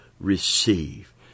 receive